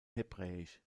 hebräisch